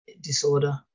disorder